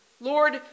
Lord